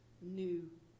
new